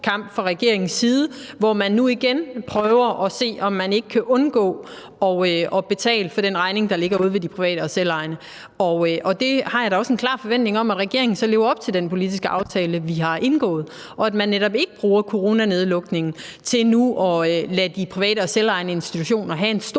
kamp fra regeringens side, hvor man nu igen ville prøve at se, om man ikke kunne undgå at betale den regning, der lå ude hos de private og selvejende institutioner. Og jeg har da også en klar forventning om, at regeringen så lever op til den politiske aftale, vi har indgået, og at man netop ikke bruger coronanedlukningen til nu at lade de private og selvejende institutioner sidde med en stor